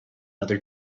other